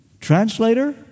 translator